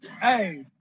Hey